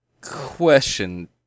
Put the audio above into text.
Question